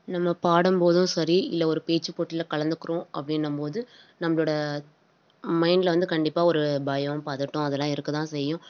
நம்ம பாடும் போதும் சரி இல்லை ஒரு பேச்சுப் போட்டியில் கலந்துக்கிறோம் அப்படின்னம் போது நம்மளோட மைண்டில் வந்து கண்டிப்பாக ஒரு பயம் பதட்டம் அதெல்லாம் இருக்க தான் செய்யும்